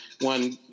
One